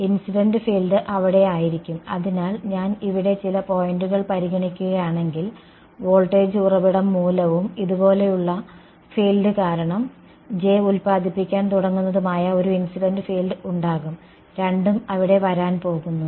incident field അവിടെ ആയിരിക്കും അതിനാൽ ഞാൻ ഇവിടെ ചില പോയിന്റുകൾ പരിഗണിക്കുകയാണെങ്കിൽ വോൾട്ടേജ് ഉറവിടം മൂലവും ഇതുപോലെയുള്ള ഫീൽഡ് കാരണം J ഉൽപ്പാദിപ്പിക്കാൻ തുടങ്ങുന്നതുമായ ഒരു ഇൻസിഡന്റ് ഫീൽഡ് ഉണ്ടാകും രണ്ടുo അവിടെ വരാൻ പോകുന്നു